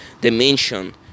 dimension